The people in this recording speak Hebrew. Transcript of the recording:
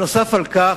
נוסף על כך,